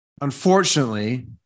unfortunately